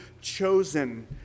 chosen